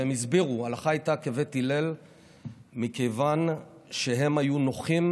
והם הסבירו: הלכה הייתה כבית הלל מכיוון שהם היו נוחים,